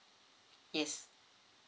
yes